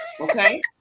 Okay